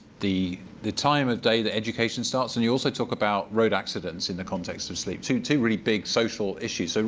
the the time of day that education starts. and you also talk about road accidents in the context of sleep, two two really big social issues. ah